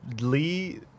Lee